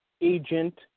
agent